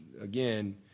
again